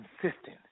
consistent